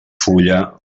fulla